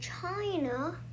China